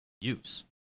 use